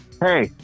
hey